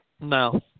no